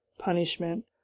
Punishment